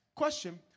Question